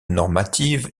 normative